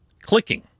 clicking